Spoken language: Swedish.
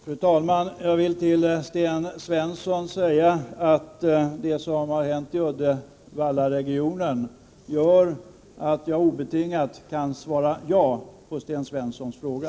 Fru talman! Jag vill till Sten Svensson säga att det som har hänt i Uddevallaregionen gör att jag obetingat kan svara ja på hans fråga.